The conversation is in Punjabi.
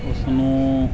ਉਸ ਨੂੰ